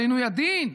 על עינוי הדין.